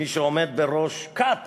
מי שעומד בראש כת,